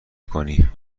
کنی